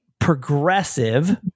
Progressive